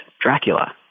Dracula